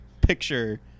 picture